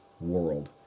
world